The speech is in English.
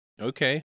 Okay